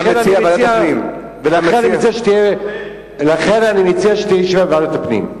לכן, אני מציע שתהיה ישיבה בוועדת הפנים.